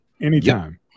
Anytime